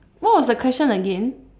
what was the question again